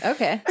Okay